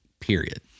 Period